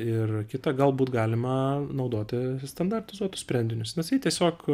ir kita galbūt galima naudoti standartizuotus sprendinius nes ji tiesiog